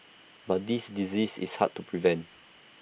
but this disease is hard to prevent